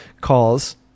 calls